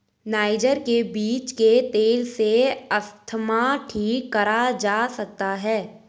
niger के बीज के तेल से अस्थमा ठीक करा जा सकता है